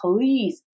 Please